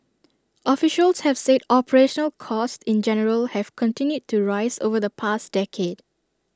officials have said operational costs in general have continued to rise over the past decade